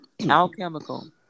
Alchemical